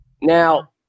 Now